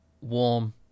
warm